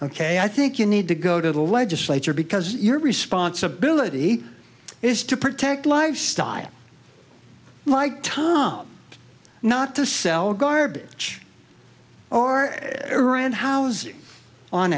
ok i think you need to go to the legislature because your responsibility is to protect life style like tom not to sell garbage or around hous